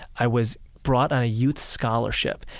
i was brought on a youth scholarship.